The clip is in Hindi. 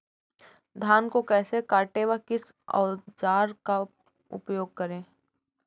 धान को कैसे काटे व किस औजार का उपयोग करें?